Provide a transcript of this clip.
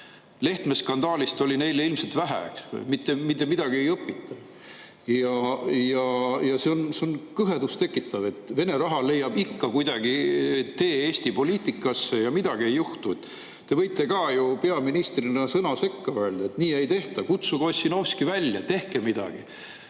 Lehtme skandaalist oli neile ilmselt vähe, mitte midagi ei õpita. See on kõhedust tekitav, et Vene raha leiab ikka kuidagi tee Eesti poliitikasse ja midagi ei juhtu. Te võite ka ju peaministrina sõna sekka öelda, et nii ei tehta. Kutsuge Ossinovski välja, tehke midagi.